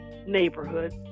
neighborhood